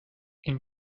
این